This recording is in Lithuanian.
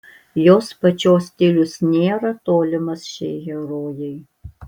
jos pačios stilius nėra tolimas šiai herojai